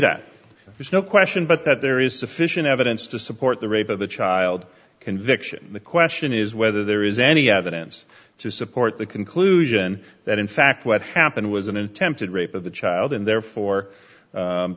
that there's no question but that there is sufficient evidence to support the rape of a child conviction the question is whether there is any evidence to support the conclusion that in fact what happened was an attempted rape of the child and therefore